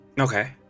Okay